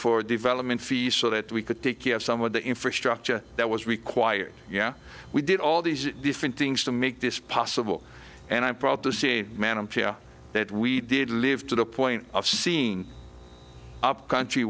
for development fees so that we could take care of some of the infrastructure that was required yeah we did all these different things to make this possible and i'm proud to see a man of that we did live to the point of seeing upcountry